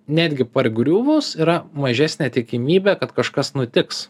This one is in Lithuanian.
netgi pargriuvus yra mažesnė tikimybė kad kažkas nutiks